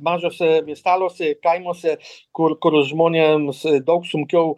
mažuose miesteliuose kaimuose kur kur žmonėms daug sunkiau